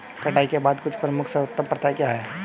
कटाई के बाद की कुछ प्रमुख सर्वोत्तम प्रथाएं क्या हैं?